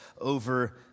over